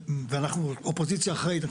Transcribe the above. ואנחנו אופוזיציה אחראית.